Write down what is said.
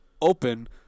open